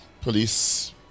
police